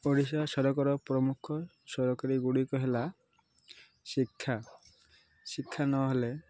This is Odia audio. ଓଡ଼ିଶା ସରକାର ପ୍ରମୁଖ ସରକାରୀ ଗୁଡ଼ିକ ହେଲା ଶିକ୍ଷା ଶିକ୍ଷା ନହେଲେ